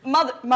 Mother